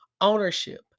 Ownership